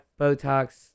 Botox